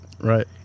right